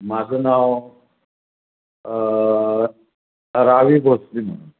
माझं नाव रावी भोसले म्हणून